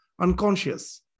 unconscious